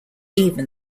even